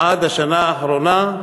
עד השנה האחרונה,